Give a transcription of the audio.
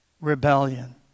rebellion